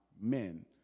men